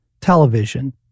television